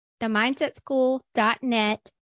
themindsetschool.net